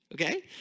Okay